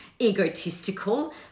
egotistical